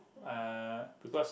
uh because